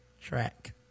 Track